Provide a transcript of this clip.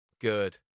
good